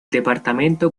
departamento